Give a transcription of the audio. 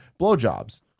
blowjobs